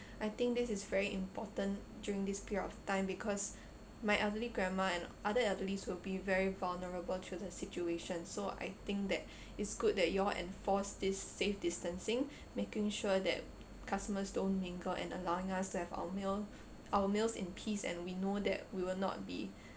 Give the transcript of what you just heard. I think this is very important during this period of time because my elderly grandma and other elderlies will be very vulnerable to the situations so I think that it's good that you all enforce this safe distancing making sure that customers don't mingle and allowing us to have our meal our meals in peace and we know that we will not be